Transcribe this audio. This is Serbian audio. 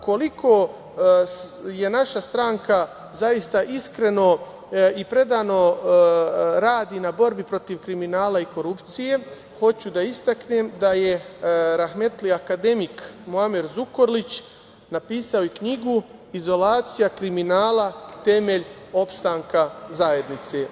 Koliko naša stranka zaista iskreno i predano radi u borbi protiv kriminala i korupcije, hoću da istaknem da je rahmetli akademik Muamer Zukorlić napisao i knjigu „Izolacija kriminala – temelj opstanka zajednice“